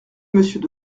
monsieur